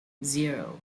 zero